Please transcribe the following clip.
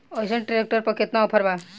अइसन ट्रैक्टर पर केतना ऑफर बा?